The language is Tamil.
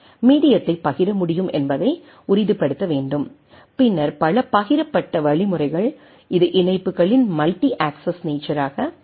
மீடியத்தை பகிர முடியும் என்பதை உறுதிப்படுத்த வேண்டும் பின்னர் பல பகிரப்பட்ட வழிமுறைகள் இது இணைப்புகளின் மல்டி அக்சஸ் நேச்சராக இருக்கும்